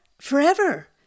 forever